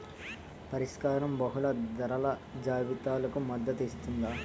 పరిష్కారం బహుళ ధరల జాబితాలకు మద్దతు ఇస్తుందా?